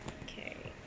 okay